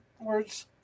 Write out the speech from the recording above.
words